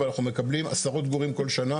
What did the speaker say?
ואנחנו מקבלים עשרות גורים כל שנה,